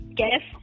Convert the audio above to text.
guess